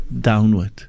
downward